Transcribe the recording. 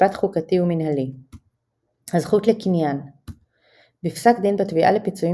משפט חוקתי ומינהלי הזכות לקניין בפסק דין בתביעה לפיצויים